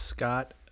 Scott